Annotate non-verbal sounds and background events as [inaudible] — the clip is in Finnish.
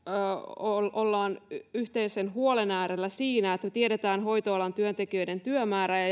olemme yhteisen huolen äärellä siinä että tiedämme hoitoalan työntekijöiden työmäärän ja [unintelligible]